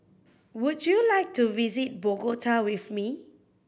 would you like to visit Bogota with me